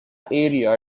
area